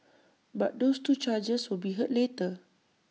but those two charges will be heard later